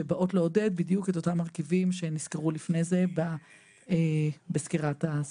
שבאות לעודד בדיוק את אותם מרכיבים שנזכרו לפני זה בסקירת הספרות.